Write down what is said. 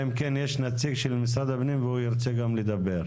אם כן יש נציג של משרד הפנים והוא ירצה גם לדבר.